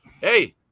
hey